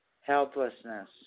Helplessness